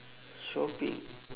shopping